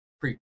pre